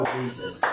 Jesus